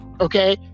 Okay